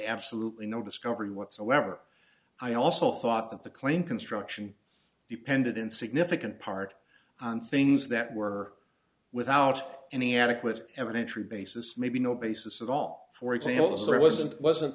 absolutely no discovery whatsoever i also thought that the claim construction depended in significant part on things that were without any adequate evidence or basis maybe no basis at all for example if there wasn't wasn't